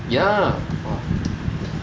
ya !wah!